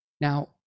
Now